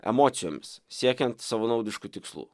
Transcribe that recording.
emocijomis siekiant savanaudiškų tikslų